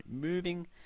moving